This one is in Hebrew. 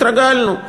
התרגלנו.